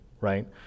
Right